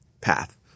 path